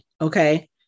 Okay